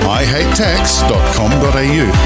ihatetax.com.au